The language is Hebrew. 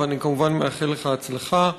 ואני כמובן מאחל לך הצלחה.